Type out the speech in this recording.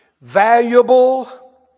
valuable